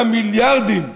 מיליארדים,